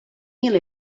mil